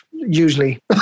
Usually